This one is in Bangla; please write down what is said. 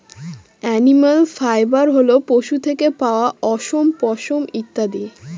এনিম্যাল ফাইবার হল পশু থেকে পাওয়া অশম, পশম ইত্যাদি